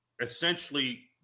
essentially